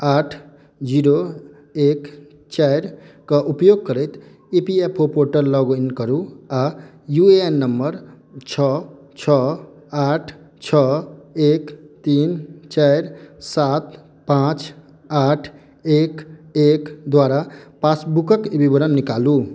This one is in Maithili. आठ जीरो एक चारि क उपयोग करैत E P F O portal log in करु आ यू ए एन नम्बर छओ छओ आठ छओ एक तीन चारि सात पाँच आठ एक एक द्वारा पासबुकक विवरण निकालू